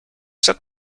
set